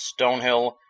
Stonehill